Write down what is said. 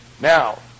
Now